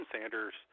Sanders